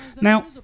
Now